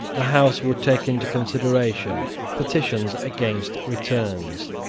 the house would take into consideration petitions against returns,